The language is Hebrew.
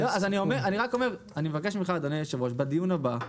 אני מבקש בדיון הבא,